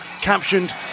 captioned